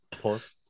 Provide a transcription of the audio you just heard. Pause